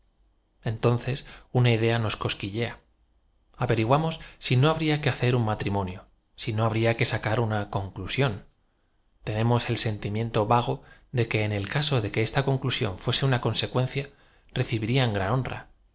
entonces una idea nos cosquillea a v e ri guamos si no habría que hacer un matrimonio si no habría que sacar una tenemos el sentimien to v a g o de que en el caso en que esta conclusión fuese una consecuencia recibirían gran